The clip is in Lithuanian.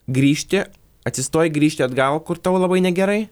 grįžti atsistoji grįžti atgal kur tau labai negerai